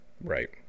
Right